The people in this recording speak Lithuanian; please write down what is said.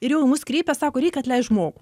ir jau į mus kreipias sako reik atleist žmogų